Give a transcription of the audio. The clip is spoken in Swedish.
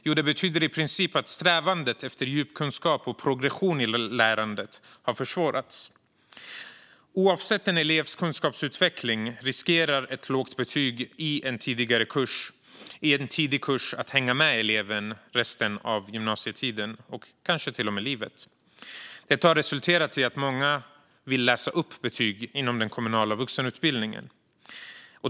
Jo, det betyder i princip att strävandet efter djup kunskap och progression i lärandet har försvårats. Oavsett en elevs kunskapsutveckling riskerar ett lågt betyg i en tidig kurs att hänga med eleven resten av gymnasietiden, kanske till och med resten av livet. Detta har resulterat i att många vill läsa upp betyg inom den kommunala vuxenutbildningen.